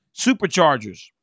Superchargers